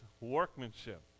workmanship